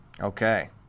Okay